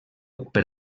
per